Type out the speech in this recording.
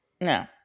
no